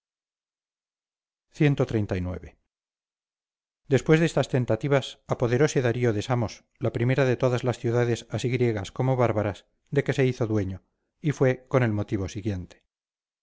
cxxxix después de estas tentativas apoderóse darío de samos la primera de todas las ciudades así griegas como bárbaras de que se hizo dueño y fue con el motivo siguiente